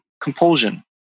compulsion